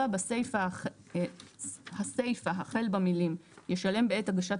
(4) הסיפה החל במילים: "ישלם בעת הגשת